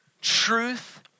truth